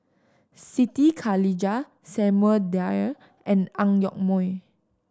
Siti Khalijah Samuel Dyer and Ang Yoke Mooi